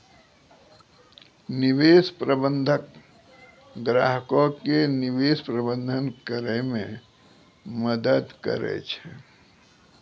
निवेश प्रबंधक ग्राहको के निवेश प्रबंधन करै मे मदद करै छै